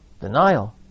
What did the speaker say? denial